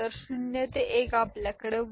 तर 0 ते 1 आपल्याकडे 1